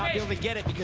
able to get it.